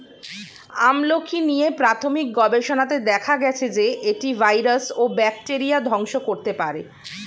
আমলকী নিয়ে প্রাথমিক গবেষণাতে দেখা গেছে যে, এটি ভাইরাস ও ব্যাকটেরিয়া ধ্বংস করতে পারে